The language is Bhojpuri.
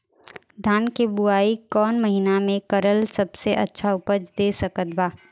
धान के बुआई कौन महीना मे करल सबसे अच्छा उपज दे सकत बा?